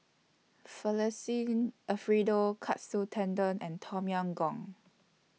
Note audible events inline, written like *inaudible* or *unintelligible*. *unintelligible* Alfredo Katsu Tendon and Tom Yam Goong